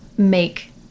make